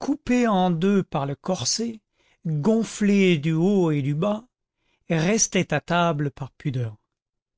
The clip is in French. coupées en deux par le corset gonflées du haut et du bas restaient à table par pudeur